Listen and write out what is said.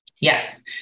Yes